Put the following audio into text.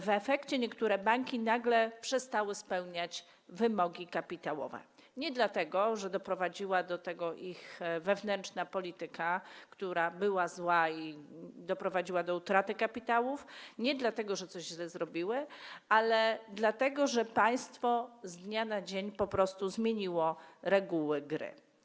W efekcie niektóre banki nagle przestały spełniać wymogi kapitałowe - nie dlatego że doprowadziła do tego ich wewnętrzna polityka, która była zła i doprowadziła do utraty kapitałów, nie dlatego że coś źle zrobiły, ale dlatego że państwo z dnia na dzień po prostu zmieniło reguły gry.